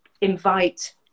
invite